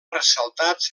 ressaltats